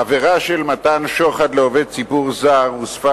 העבירה של מתן שוחד לעובד ציבור זר הוספה